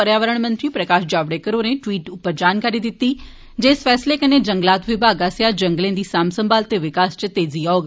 पर्यावरण मंत्री प्रकाश जावड़ेकर होरें ट्वीट उप्पर जानकारी दिती जे इस फैसले कन्नै जंगलात विभाग आस्सेया जंगलें दी साम्भ सम्भाल ते विकास च तेजी औग